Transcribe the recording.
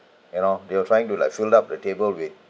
you know they were trying to like fill up the table with